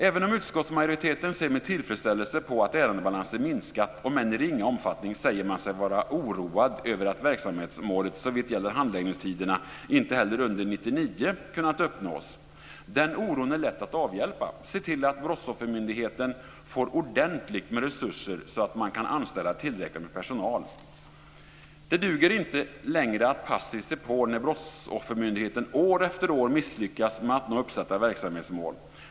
Även om utskottsmajoriteten ser med tillfredsställelse på att ärendebalansen minskat, om än i ringa omfattning, säger man sig vara oroad över att verksamhetsmålet såvitt gäller handläggningstiderna inte heller har kunnat uppnås under år 1999. Den oron är lätt att avhjälpa. Se till att Brottsoffermyndigheten får ordentligt med resurser så att man kan anställa tillräckligt mer personal. Det duger inte längre att passivt se på när Brottsoffermyndigheten år efter år misslyckas med att nå uppsatta verksamhetsmål.